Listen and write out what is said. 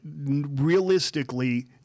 realistically